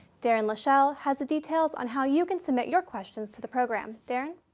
darren lashelle has the details on how you can submit your questions to the program. darren.